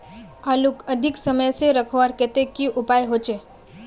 आलूक अधिक समय से रखवार केते की उपाय होचे?